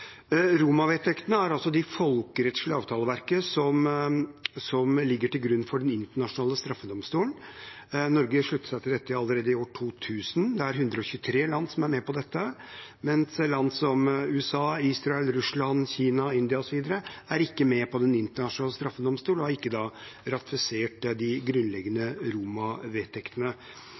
er det folkerettslige avtaleverket som ligger til grunn for Den internasjonale straffedomstolen. Norge sluttet seg til dette allerede i år 2000. Det er 123 land som er med på dette, mens land som USA, Israel, Russland, Kina, India osv. ikke er med i Den internasjonale straffedomstolen og har da ikke ratifisert de grunnleggende